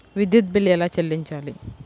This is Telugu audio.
విద్యుత్ బిల్ ఎలా చెల్లించాలి?